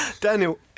Daniel